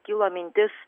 kilo mintis